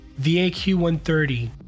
VAQ-130